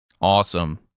Awesome